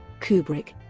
kubrick,